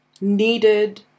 needed